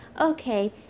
Okay